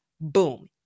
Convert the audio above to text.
Boom